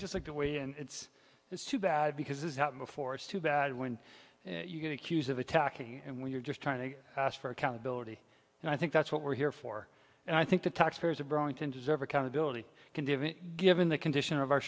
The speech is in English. just like the way and it's it's too bad because it's how before it's too bad when you get accused of attacking and we're just trying to ask for accountability and i think that's what we're here for and i think the taxpayers of borrowing tin deserve accountability can do given the condition of our